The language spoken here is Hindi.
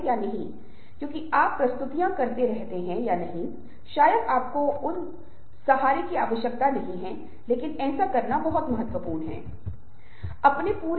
विज़ुअल्स को वास्तव में मल्टीमीडिया से अलग नहीं किया जा सकता है लेकिन शुरू में विज़ुअल्स के बारे में बात करेंगे